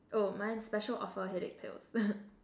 oh mine is special offer headache pills